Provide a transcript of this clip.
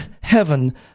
heaven